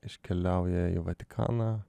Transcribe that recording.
iškeliauja į vatikaną